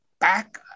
back